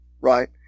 right